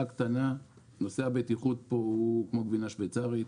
קטנה: נושא הבטיחות פה הוא כמו גבינה שוויצרית.